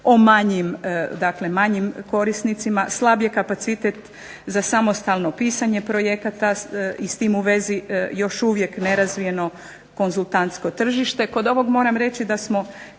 o manjim korisnicima, slab je kapacitet za samostalno pisanje projekata, i s tim u vezi još uvijek nerazvijeno konzultantsko tržište. Kod ovog moram reći da smo